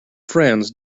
friends